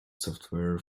software